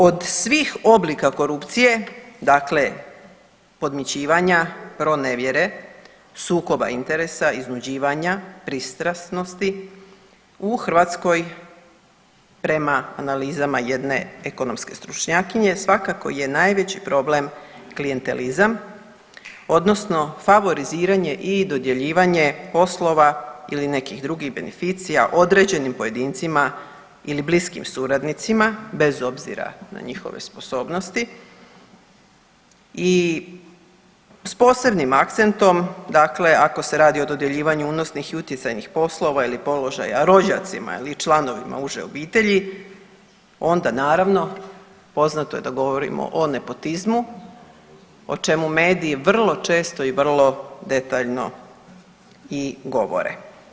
Od svih oblika korupcija, dakle podmićivanja, pronevjere, sukoba interesa, iznuđivanja, pristrasnosti, u Hrvatskoj prema analizama jedne ekonomske stručnjakinje svakako je najveći problem klijentelizam odnosno favoriziranje i dodjeljivanje poslova ili nekih drugih beneficija određenim pojedincima ili bliskim suradnicima bez obzira na njihove sposobnosti i s posebnim akcentom, dakle ako se radi o dodjeljivanju unosnih i utjecajnih poslova ili položaja rođacima ili članovima uže obitelji onda naravno poznato je da govorimo o nepotizmu, o čemu mediji vrlo često i vrlo detaljno i govore.